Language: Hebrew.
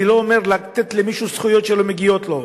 אני לא אומר לתת למישהו זכויות שלא מגיעות לו,